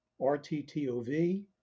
RTTOV